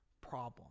problem